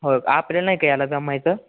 हो आपल्याला नाही का यायला जमायचं